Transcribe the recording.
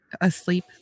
asleep